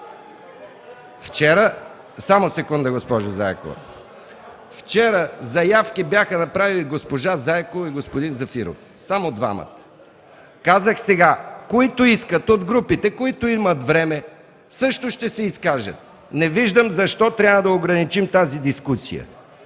Вчера заявки бяха направили госпожа Заякова и господин Зафиров – само двамата. Казах сега: „които искат“ от групите, които имат време, също ще се изкажат. Не виждам защо трябва да ограничим тази дискусия.